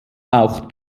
auch